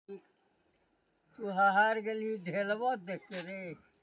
लागत सं अधिक दाम पर कोनो वस्तु कें बेचय सं जे धन प्राप्त होइ छै, ओकरा लाभ कहल जाइ छै